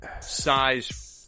size